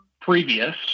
previous